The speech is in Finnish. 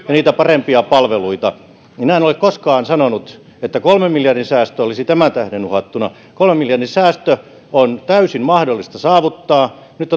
ja niitä parempia palveluita minä en ole koskaan sanonut että kolmen miljardin säästö olisi tämän tähden uhattuna kolmen miljardin säästö on täysin mahdollista saavuttaa nyt